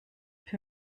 für